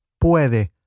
Puede